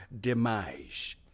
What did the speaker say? demise